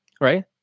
right